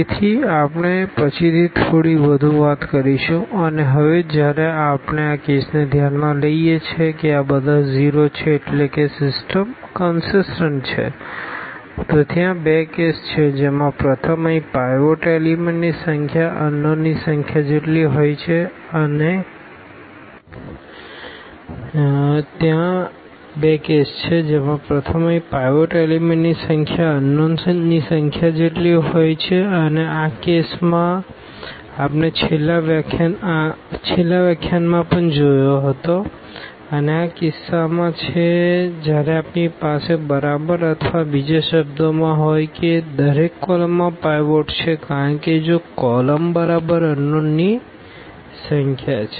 તેથી આપણે પછીથી થોડી વધુ વાત કરીશું અને હવે જ્યારે આપણે આ કેસને ધ્યાનમાં લઈએ છીએ કે આ બધા ઝીરો છે એટલે કે સિસ્ટમ કનસીસટન્ટ છે તો ત્યાં બે કેસ છે જેમાં પ્રથમ અહીં પાઈવોટ એલીમેન્ટની સંખ્યા અનનોનની સંખ્યા જેટલી હોય છે અને આ કેસ આપણે છેલ્લા વ્યાખ્યાનમાં પણ જોયો છે અને આ તે કિસ્સામાં છે જ્યારે આપણી પાસે બરાબર અથવા બીજા શબ્દોમાં હોય છે કે દરેક કોલમમાં પાઈવોટ છે કારણ કે જો કોલમ બરાબર અનનોનની સંખ્યા છે